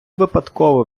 випадково